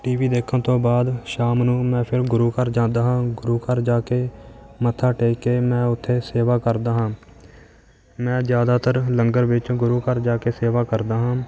T V ਦੇਖਣ ਤੋਂ ਬਾਅਦ ਸ਼ਾਮ ਨੂੰ ਮੈਂ ਫਿਰ ਗੁਰੂ ਘਰ ਜਾਂਦਾ ਹਾਂ ਗੁਰੂ ਘਰ ਜਾ ਕੇ ਮੱਥਾ ਟੇਕ ਕੇ ਮੈਂ ਉੱਥੇ ਸੇਵਾ ਕਰਦਾ ਹਾਂ ਮੈਂ ਜ਼ਿਆਦਾਤਰ ਲੰਗਰ ਵਿੱਚ ਗੁਰੂ ਘਰ ਜਾ ਕੇ ਸੇਵਾ ਕਰਦਾ ਹਾਂ